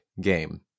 Game